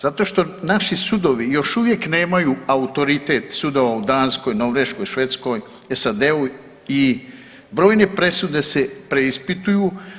Zato što naši sudovi još uvijek nemaju autoritet sudova u Danskoj, Norveškoj, Švedskoj, SAD-u i brojne presude se preispituju.